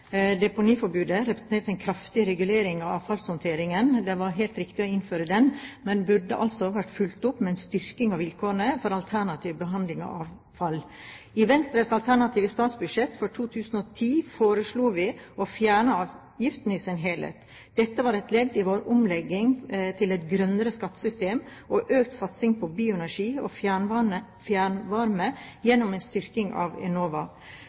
var helt riktig å innføre det – men burde altså vært fulgt opp med en styrking av vilkårene for alternativ behandling av avfall. I Venstres alternative statsbudsjett for 2010 foreslo vi å fjerne avgiften i sin helhet. Dette var et ledd i vår omlegging til et grønnere skattesystem og økt satsing på bioenergi og fjernvarme gjennom en styrking av Enova.